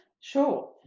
Sure